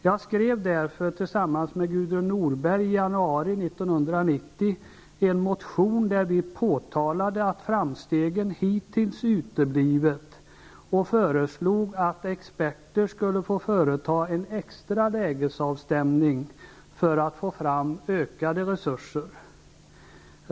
Jag skrev därför tillsammans med Gudrun Norberg i januari 1990 en motion där vi påtalade att framstegen hittills uteblivit och föreslog att experter skulle få företa en extra lägesavstämning för att få fram ökade resurser.